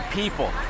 people